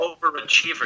overachiever